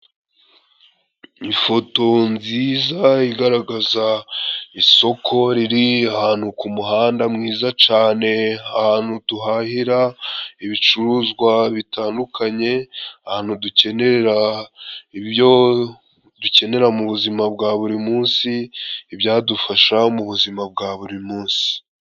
Ifoto nziza igaragaza isoko riri ahantu ku muhanda mwiza cane. Ahantu tuhahira ibicuruzwa bitandukanye, ahantu dukenerera ibyo dukenera mu buzima bwa buri munsi, ibyadufasha mu buzima bwa buri munsi.